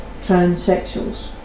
transsexuals